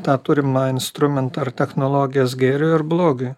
tą turimą instrumentą ar technologijas gėriui ir blogiui